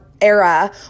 era